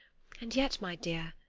and yet, my dear,